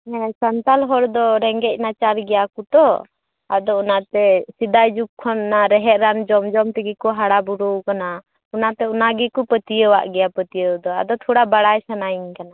ᱦᱮᱸ ᱥᱟᱱᱛᱟᱞ ᱦᱚᱲᱫᱚ ᱨᱮᱸᱜᱮᱡ ᱱᱟᱪᱟᱨ ᱜᱮᱭᱟ ᱠᱚᱛᱚ ᱟᱫᱚ ᱚᱱᱟᱛᱮ ᱥᱮᱫᱟᱭ ᱡᱩᱜᱽ ᱠᱷᱚᱱ ᱚᱱᱟ ᱨᱮᱦᱮᱫ ᱨᱟᱱ ᱡᱚᱢ ᱡᱚᱢ ᱛᱮᱜᱮᱠᱚ ᱦᱟᱲᱟ ᱵᱩᱨᱩ ᱟᱠᱟᱱᱟ ᱚᱱᱟᱛᱮ ᱚᱱᱟᱜᱮᱠᱚ ᱯᱟ ᱛᱤᱭᱟ ᱣᱟᱜ ᱜᱮᱭᱟ ᱯᱟ ᱛᱤᱭᱟ ᱣ ᱫᱚ ᱟᱫᱚ ᱛᱷᱚᱲᱟ ᱵᱟᱲᱟᱭ ᱥᱟᱱᱟᱧ ᱠᱟᱱᱟ